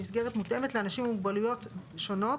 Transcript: במסגרת מותאמת לאנשים עם מוגבלויות שונות,